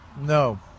No